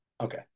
Okay